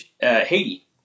haiti